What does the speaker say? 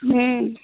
हुँ